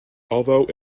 although